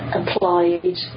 applied